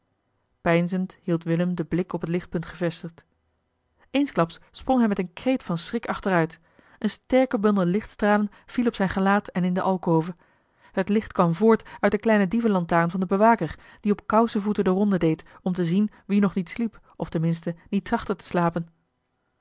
peinzend hield willem den blik op het lichtpunt gevestigd eensklaps sprong hij met een kreet van schrik achteruit een sterke bundel lichtstralen viel op zijn gelaat en in de alcove het licht kwam voort uit de kleine dievenlantaarn van den bewaker die op kousevoeten de ronde deed om te zien wie nog niet sliep of ten minste niet trachtte te slapen